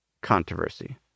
controversy